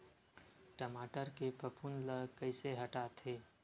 टमाटर के फफूंद ल कइसे हटाथे?